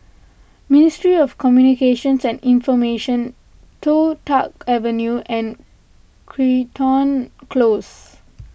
Ministry of Communications and Information Toh Tuck Avenue and Crichton Close